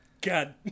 God